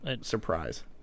Surprise